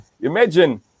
Imagine